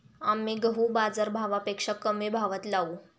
आम्ही गहू बाजारभावापेक्षा कमी भावात लावू